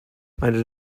meine